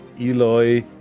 Eloy